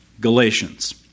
Galatians